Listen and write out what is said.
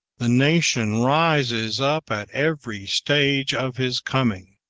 the nation rises up at every stage of his coming.